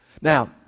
Now